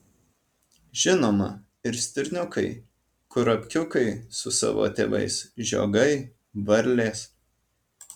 žinoma ir stirniukai kurapkiukai su savo tėvais žiogai varlės